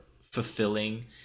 fulfilling